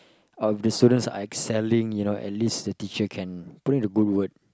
of the students are excelling at least the teacher can put in a good word